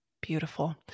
beautiful